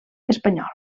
espanyola